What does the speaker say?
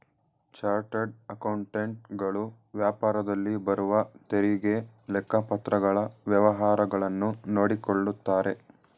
chartered accountant ಗಳು ವ್ಯಾಪಾರದಲ್ಲಿ ಬರುವ ತೆರಿಗೆ, ಲೆಕ್ಕಪತ್ರಗಳ ವ್ಯವಹಾರಗಳನ್ನು ನೋಡಿಕೊಳ್ಳುತ್ತಾರೆ